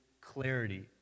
clarity